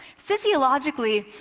physiologically,